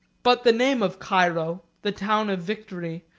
but the name of cairo, the town of victory,